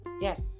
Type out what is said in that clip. Yes